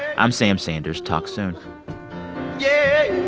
i'm sam sanders. talk soon yeah